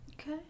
Okay